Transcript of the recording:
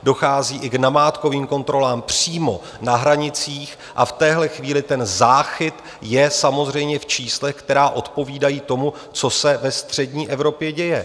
Dochází i k namátkovým kontrolám přímo na hranicích a v téhle chvíli ten záchyt je samozřejmě v číslech, která odpovídají tomu, co se ve střední Evropě děje.